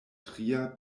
tria